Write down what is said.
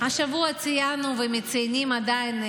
השבוע ציינו ומציינים עדיין,